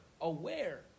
aware